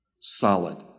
solid